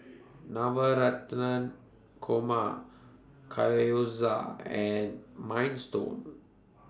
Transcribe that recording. Navratan Korma and Minestrone